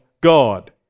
God